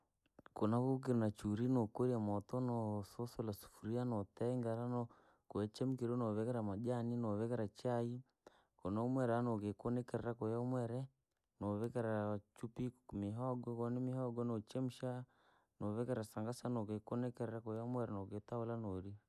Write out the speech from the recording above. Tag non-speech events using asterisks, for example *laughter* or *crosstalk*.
Koo navukiree nachurii nokorya moto, nosusula sufuria, notengera, noo koo chamkiree novikera majani, novikeraa chai, koo nahumwire ahuu nokikunikeraa koo nahumwiree, novikeraa chupii, kumihogo koonimihogo nochemsha, novikeraa sangasa nokikunikera koo yahumwiree nokitula. *unintelligible*